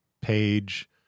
page